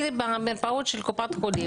בניתוחים המסחריים,